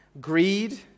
greed